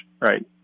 right